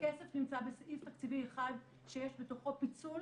הכסף נמצא בסעיף תקציבי אחד שיש בתוכו פיצול